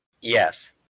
Yes